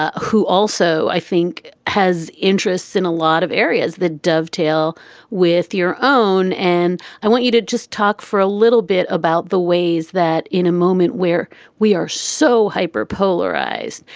who also, i think has interests in a lot of areas that dovetail with your own. and i want you to just talk for a little bit about the ways that in a moment where we are so hyper polarized.